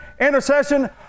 intercession